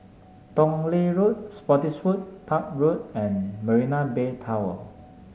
Tong Lee Road Spottiswoode Park Road and Marina Bay Tower